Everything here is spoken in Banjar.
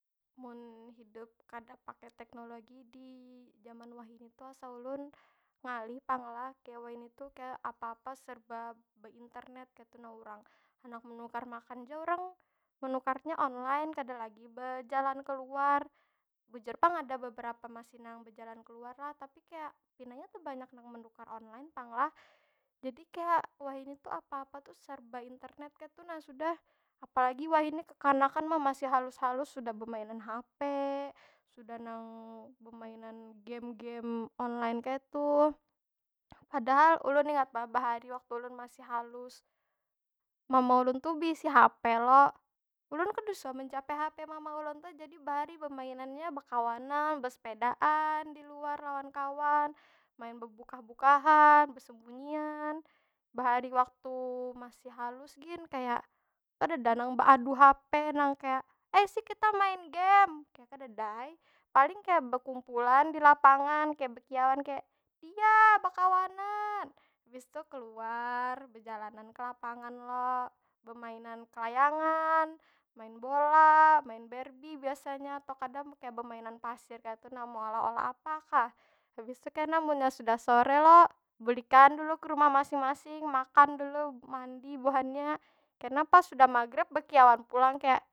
Mun hidup kada pakai teknologi di jaman wahini tu asa ulun, ngalih pang lah. Kaya wahini tu kaya apa- apa serba beinternet kaytu nah urang. Handak menukar makan ja urang, menukarnya online. Kada lagi bejalan keluar. Bujur pang ada beberapa masih nang bejalan keluar lah. Tapi kaya, pinanya tebanyak nang menukar online pang lah. Jadi kaya, wahini tu apa- apa tu serba internet kaytu nah sudah. Apalagi wahini kekanakan ma, masih halus- halus sudah bemainan hape, sudah nang bemainan game- game online jaytu padahal ulun ingat banar bahari waktu ulun masih halus. Mama ulun tu beisi hape lo, ulun kada suah menjapai hape mama ulun tuh. Jadi bahari bemainannya bekawanan, besepedaan di luar lawan kawan. Main bebukah- bukahan, besembunyian. Bahari waktu masih halus gin, kaya kadeda nang beadu hape. Nang kaya, ai si kita main game, kaya kadeda ai. Paling kaya bekumpulan di lapangan, kaya bekiauan, kaya diyah bekawanan. Habis tu keluar, bejalanan ke lapangan lo. Bemainan kelayangan, main bola, main berbie biasanya. Atau kada ma, kaya bemainan pasir kaytu nah. Meolah- olah apa kah. Habis tu kena munnya sudah sore lo, bulikan dulu ke rumah masing- masing. Makan dulu, mandi buhannya. Kena pas sudah maghrib bekiauan pulang. Kaya.